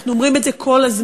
אנחנו אומרים את זה כל הזמן,